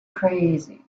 crazy